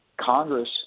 Congress